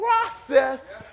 process